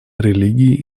религии